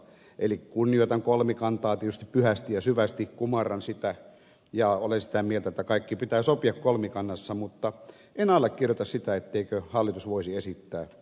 eli kunnioitan kolmikantaa tietysti pyhästi ja syvästi kumarran sitä ja olen sitä mieltä että kaikki pitää sopia kolmikannassa mutta en allekirjoita sitä etteikö hallitus voisi esittää myös aloitteita